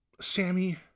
Sammy